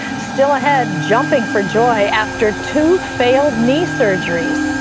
still ahead jumping for joy after two failed knee surgeries.